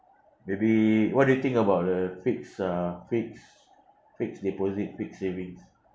maybe what do you think about the fixed uh fixed fixed deposit fixed savings